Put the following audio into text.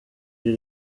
kuri